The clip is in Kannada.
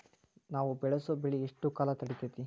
ನಾವು ಬೆಳಸೋ ಬೆಳಿ ಎಷ್ಟು ಕಾಲ ತಡೇತೇತಿ?